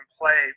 play